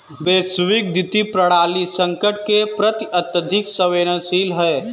वैश्विक वित्तीय प्रणाली संकट के प्रति अत्यधिक संवेदनशील है